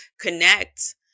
connect